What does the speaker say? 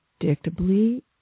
predictably